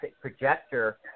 projector